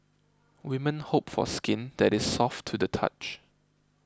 women hope for skin that is soft to the touch